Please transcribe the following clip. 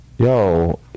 Yo